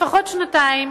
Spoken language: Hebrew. לפחות שנתיים,